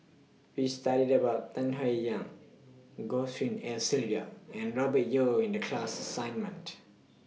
We studied about Tan Howe Yang Goh Tshin En Sylvia and Robert Yeo in The class assignment